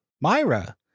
Myra